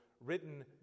written